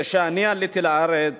כשאני עליתי לארץ